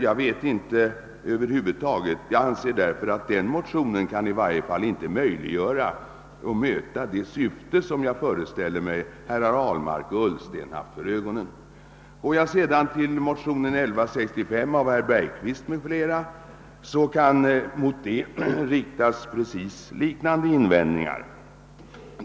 Jag anser därför, att den motionen i varje fall inte kan fylla det syfte som jag föreställer mig att herrar Ahlmark och Ullsten haft för ögonen. Mot motion 1165 av herr Bergqvist m.fl. kan riktas liknande invändningar.